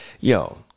Yo